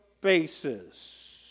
basis